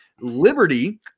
liberty